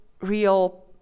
real